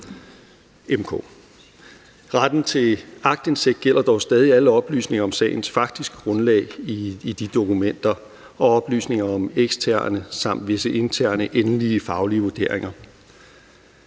m/k. Retten til aktindsigt gælder dog stadig alle oplysninger om sagens faktiske grundlag i de dokumenter og oplysninger om eksterne samt visse interne endelige faglige vurderinger.